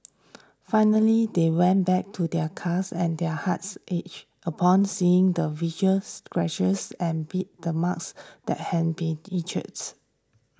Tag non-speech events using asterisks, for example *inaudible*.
finally they went back to their cars and their hearts ached upon seeing the visuals scratches and bite the marks that had been *unintelligible*